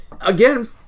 again